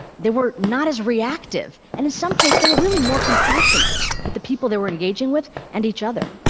they were not as reactive. and in some cases, they were really more compassionate with the people they were engaging with and each other.